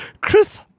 Chris